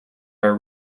are